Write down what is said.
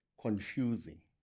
confusing